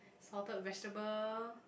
salted vegetable